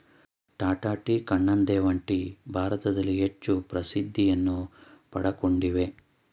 Tata tea, Kannan Devan tea ಭಾರತದಲ್ಲಿ ಹೆಚ್ಚು ಪ್ರಸಿದ್ಧಿಯನ್ನು ಪಡಕೊಂಡಿವೆ